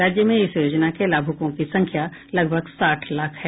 राज्य में इस योजना के लाभुकों की संख्या लगभग साठ लाख है